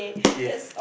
okay